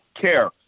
care